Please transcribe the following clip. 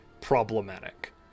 problematic